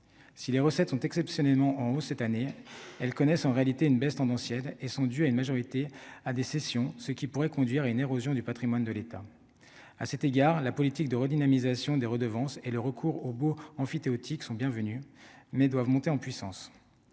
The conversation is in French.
si les recettes sont exceptionnellement en hausse cette année, elles connaissent en réalité une baisse tendancielle et sont dus à une majorité à des cessions, ce qui pourrait conduire à une érosion du Patrimoine de l'État, à cet égard la politique de redynamisation des redevances et le recours aux baux emphytéotiques sont bienvenus, mais doivent monter en puissance,